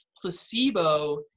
placebo